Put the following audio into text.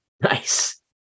Nice